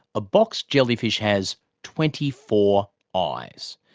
a box jellyfish has twenty four eyes.